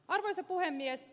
arvoisa puhemies